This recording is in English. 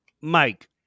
Mike